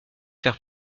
faire